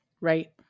Right